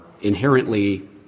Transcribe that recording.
inherently